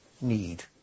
need